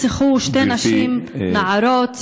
שעכשיו גם יסכנו את כולנו עם ההקלות החדשות במתן רישיונות נשק.